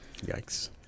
Yikes